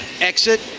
Exit